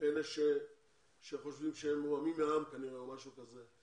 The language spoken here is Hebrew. אלה שחושבים שכנראה הם מורמים מעם או משהו כזה,